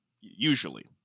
Usually